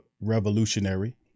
revolutionary